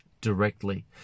directly